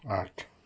आठ